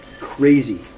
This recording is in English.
crazy